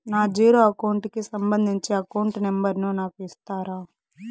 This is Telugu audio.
నా జీరో అకౌంట్ కి సంబంధించి అకౌంట్ నెంబర్ ను నాకు ఇస్తారా